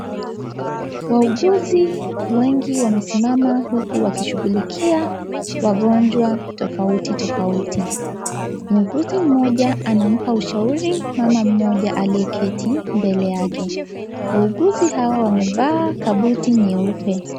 Wauguzi wengi wamesimama huku wakishughulikia wagonjwa tofauti tofauti. Muuguzi mmoja anampa ushauri mama mmoja aliyeketi mbele yake. Wauguzi hao wamevaa kabuti nyeupe.